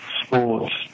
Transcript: sports